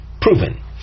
proven